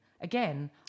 Again